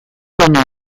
baino